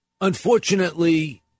Unfortunately